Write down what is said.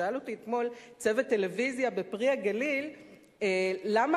שאל אותי אתמול צוות טלוויזיה ב"פרי הגליל" למה